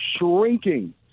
shrinking